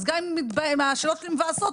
אז גם אם השאלות שלי מבעסות,